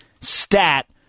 stat